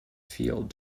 field